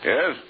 Yes